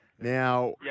Now